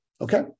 Okay